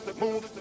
move